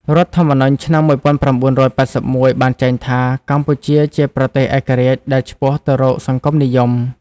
រដ្ឋធម្មនុញ្ញឆ្នាំ ១៩៨១ បានចែងថា កម្ពុជាជាប្រទេសឯករាជ្យដែលឆ្ពោះទៅរកសង្គមនិយម។